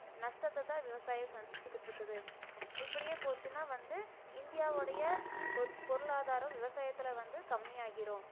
நஷ்டத்ததான் விவசாயம் சந்திச்சிக்கிட்ருக்குது இப்படியே போச்சுன்னா வந்து இந்தியாவோடைய பொருளாதாரம் விவசாயத்தில் வந்து கம்மியாகிரும்